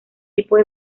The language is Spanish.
tipos